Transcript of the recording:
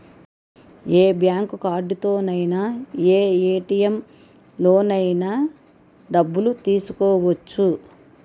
ఏ bank కార్డుతోనైన ఏ ATM లోనైన డబ్బులు తీసుకోవచ్చు